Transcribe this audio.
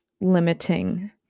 limiting